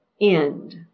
end